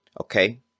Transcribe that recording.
Okay